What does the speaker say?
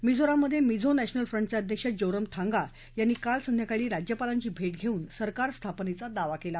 मिझोराममधे Mizo National फ्रंटचे अध्यक्ष जोरमथांगा यांनी काल संध्याकाळी राज्यपालांची भेट घेऊन सरकारस्थापनेचा दावा केला